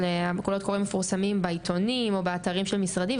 קולות קוראים מפורסמים בעיתונים או באתרים של משרדים,